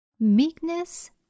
Meekness